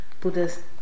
Buddha's